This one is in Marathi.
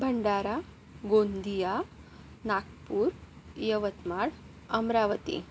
भंडारा गोंदिया नागपूर यवतमाळ अमरावती